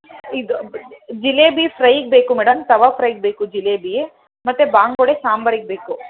ಇದು ಜಿಲೇಬಿ ಫ್ರೈಗೆ ಬೇಕು ಮೇಡಮ್ ತವಾ ಫ್ರೈಗೆ ಬೇಕು ಜಿಲೇಬಿ ಮತ್ತು ಬಂಗುಡೆ ಸಾಂಬಾರಿಗೆ ಬೇಕು